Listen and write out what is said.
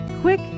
quick